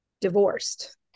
divorced